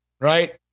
right